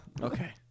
Okay